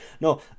no